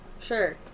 Sure